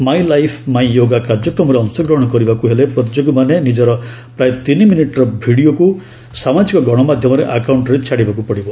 my life my yoga କାର୍ଯ୍ୟକ୍ରମରେ ଅଂଶଗ୍ରହଣ କରିବାକୁ ହେଲେ ପ୍ରତିଯୋଗୀମାନେ ନିଜର ପ୍ରାୟ ତିନି ମିନିଟ୍ର ଭିଡ଼ିଓକୁ ସାମାଜିକ ଗଣମାଧ୍ୟମ ଆକାଉଣ୍ଟରେ ଛାଡ଼ିବାକୁ ହେବ